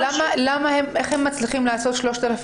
איך הם מצליחים לעשות 3,000